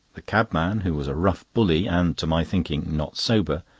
the cabman, who was a rough bully and to my thinking not sober,